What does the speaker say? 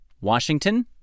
Washington